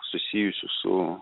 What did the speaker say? susijusių su